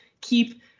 keep